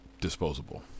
disposable